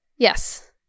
Yes